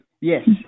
yes